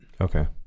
Okay